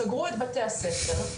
סגרו את בתי הספר,